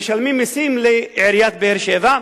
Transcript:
משלמים מסים לעיריית באר-שבע,